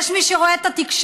יש מי שרואה את התקשורת